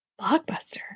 Blockbuster